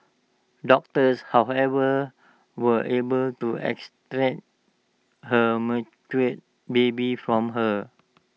doctors however were able to extract her baby from her